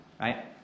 right